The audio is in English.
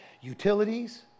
utilities